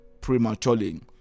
prematurely